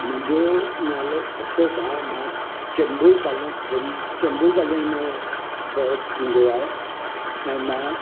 मुंहिंजो नालो अशोक आहे मां चेंबूर कालो बि चेंबूर कालोनी में बर ईंदो आहे ऐं मां